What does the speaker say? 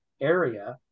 area